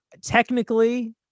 Technically